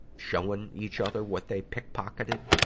showing each other what they pickpocketed.